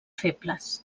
febles